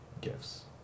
gifts